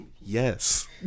Yes